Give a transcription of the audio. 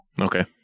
Okay